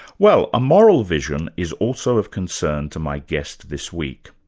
well, a moral vision is also of concern to my guest this week.